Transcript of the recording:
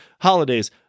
Holidays